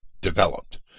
developed